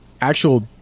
actual